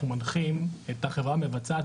אנחנו מנחים את החברה המבצעת,